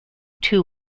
two